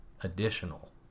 additional